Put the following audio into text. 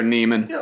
Neiman